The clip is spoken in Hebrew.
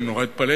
אני מאוד התפלאתי